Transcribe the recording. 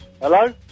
Hello